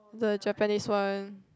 the Japanese one